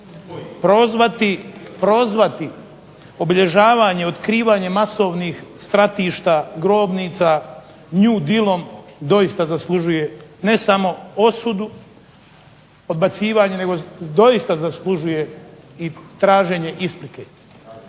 Prozvati obilježavanje otkrivanja masovnih stratišta, grobnica new dealom doista zaslužuje ne samo osudu, odbacivanje nego doista zaslužuje i traženje isprike.